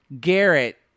Garrett